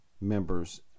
members